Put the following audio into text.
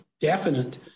definite